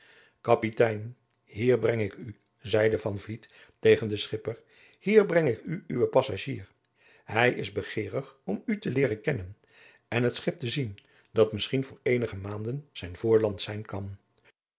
kapitein hier breng ik u zeide van vliet adriaan loosjes pzn het leven van maurits lijnslager tegen den schipper hier breng ik u uwen passagier hij is begeerig om u te leeren kennen en het schip te zien dat misschien voor eenige maanden zijn voorland zijn kan